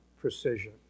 precision